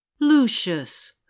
Lucius